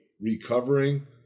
recovering